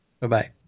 Bye-bye